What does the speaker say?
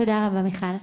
תודה רבה מיכל.